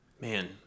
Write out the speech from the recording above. Man